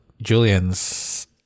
Julian's